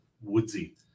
woodsy